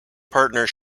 partner